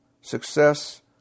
Success